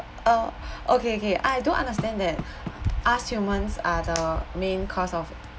uh okay okay I don't understand that are humans are the main cause of